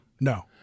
No